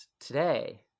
today